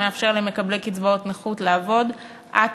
שמאפשר למקבלי קצבאות נכות לעבוד עד